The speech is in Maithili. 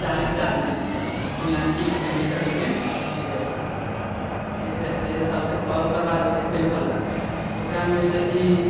चालीस चान्समे तऽ तू यानि कि कैन्डी क्रश गेम जीत जेबहुँ इहे इहे सभ होइ आओर ओकर बाद अबै छै टेम्पल रन ओकरामे होइ छै कि